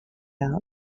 out